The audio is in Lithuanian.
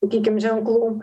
sakykim ženklų